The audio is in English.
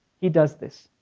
he does this,